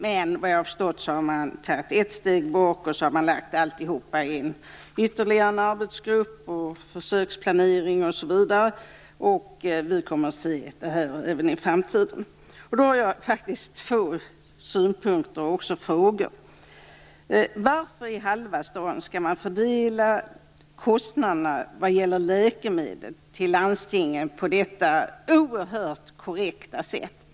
Men vad jag har förstått har man tagit ett steg bakåt och lagt alltihop i ytterligare en arbetsgrupp, försöksplanering osv. Vi kommer alltså att få se detta även i framtiden. Därför har jag två synpunkter och också frågor. Varför i hela världen skall man fördela kostnaderna för läkemedel till landstingen på detta oerhört korrekta sätt?